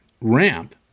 ramp